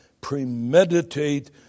premeditate